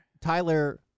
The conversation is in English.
Tyler